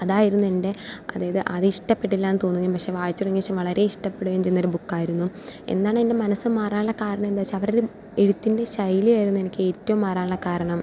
അതായിരുന്നു എൻ്റെ അതായത് ആദ്യം ഇഷ്ട്ടപ്പെട്ടില്ലാന്ന് തോന്നുകയും പക്ഷെ വായിച്ച് തുടങ്ങിയ ശേഷം വളരെ ഇഷ്ട്ടപ്പെടുകയും ചെയ്തൊരു ബുക്കായിരുന്നു എന്നാണ് എൻ്റെ മനസ്സ് മാറാനുള്ള കാരണം എന്താന്ന് വെച്ചാൽ അവരുടെ എഴുത്തിൻ്റെ ശൈലി ആയിരുന്നു എനിക്ക് ഏറ്റവും മാറാനുള്ള കാരണം